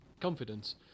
confidence